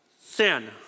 Sin